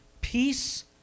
peace